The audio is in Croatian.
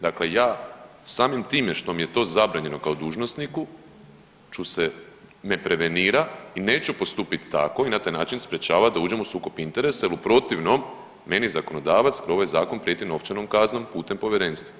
Dakle, ja samim time što mi je to zabranjeno kao dužnosniku ću se ne prevenira i neću postupit tako i na taj način sprječava da uđem u sukob interesa jel u protivnom meni zakonodavac kroz ovaj zakon prijeti novčanom kaznom putem povjerenstva.